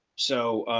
so,